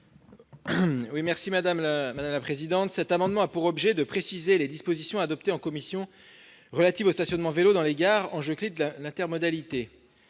à M. Guillaume Gontard. Cet amendement a pour objet de préciser les dispositions adoptées en commission relatives au stationnement des vélos dans les gares, enjeu clé de l'intermodalité.